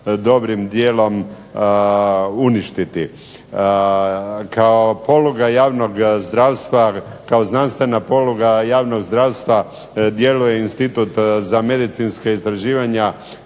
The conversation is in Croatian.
dobrim dijelom uništiti. Kao poluga javnog zdravstva djeluje institut za medicinska istraživanja